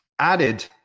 added